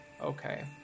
Okay